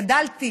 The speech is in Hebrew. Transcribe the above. גדלתי